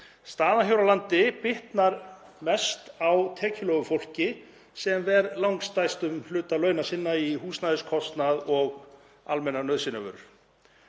Staðan hér á landi bitnar mest á tekjulágu fólki sem ver langstærstum hluta launa sinna í húsnæðiskostnað og almennar nauðsynjavörur.